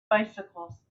bicycles